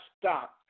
stop